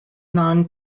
non